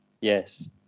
Yes